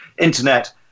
Internet